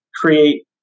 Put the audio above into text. create